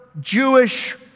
Jewish